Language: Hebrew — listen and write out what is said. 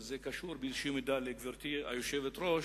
וזה קשור באיזו מידה לגברתי היושבת-ראש,